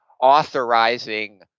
authorizing